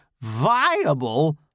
viable